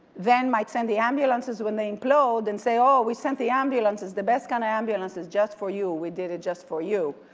then might send the ambulances when they implode and say oh we sent the ambulances, the best kind of ambulances just for you, we did it just for you.